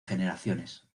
generaciones